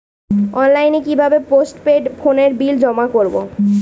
অনলাইনে কি ভাবে পোস্টপেড ফোনের বিল জমা করব?